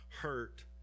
hurt